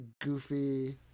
goofy